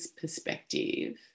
perspective